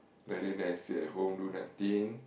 better than stay at home do nothing